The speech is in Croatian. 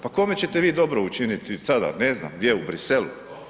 Pa kome ćete vi dobro učiniti sada, ne znam gdje, u Bruxellesu?